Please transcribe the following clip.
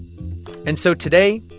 and so today,